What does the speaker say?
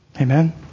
Amen